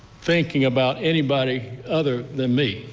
thinking about anybody other than me.